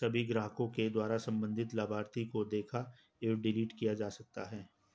सभी ग्राहकों के द्वारा सम्बन्धित लाभार्थी को देखा एवं डिलीट किया जा सकता है